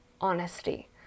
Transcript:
honesty